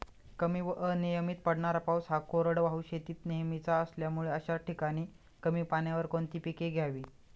कमी व अनियमित पडणारा पाऊस हा कोरडवाहू शेतीत नेहमीचा असल्यामुळे अशा ठिकाणी कमी पाण्यावर कोणती पिके घ्यावी?